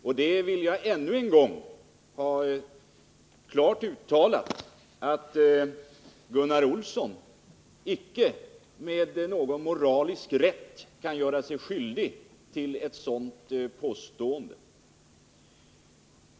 Jag vill ännu en gång säga ifrån att Gunnar Olsson inte har någon moralisk rätt att göra sig skyldig till ett sådant påstående.